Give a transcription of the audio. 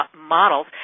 models